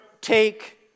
take